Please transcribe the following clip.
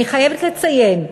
אני חייבת לציין,